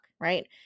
right